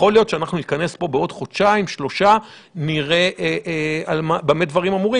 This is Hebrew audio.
יכול להיות שאנחנו נכנס פה בעוד חודשיים-שלושה ונראה במה הדברים אמורים.